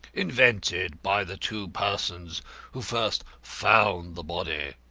invented by the two persons who first found the body?